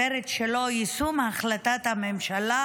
הכותרת שלו היא: יישום החלטת הממשלה,